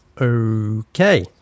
okay